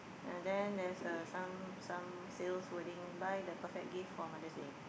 uh then there's a some some sales wording buy the perfect gift for Mother's Day